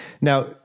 Now